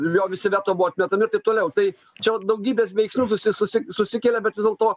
jo visi veto buvo atmetami ir taip toliau tai čia vat daugybės veiksnių susi susi susikelia bet vis dėlto